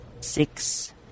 six